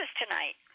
tonight